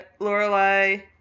Lorelai